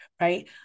right